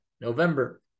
November